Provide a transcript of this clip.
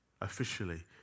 officially